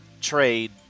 trade